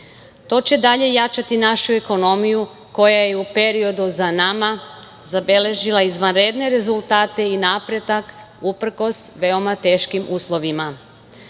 To će dalje jačati našu ekonomiju koja je u periodu za nama zabeležila izvanredne rezultate i napredak uprkos veoma teškim